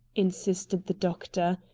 insisted the doctor,